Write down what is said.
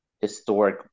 historic